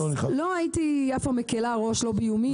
אז לא הייתי מקלה ראש לא באיומים.